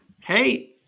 Hey